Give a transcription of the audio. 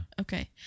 Okay